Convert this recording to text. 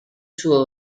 suo